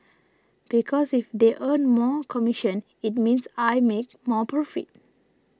because if they earn more commission it means I make more profit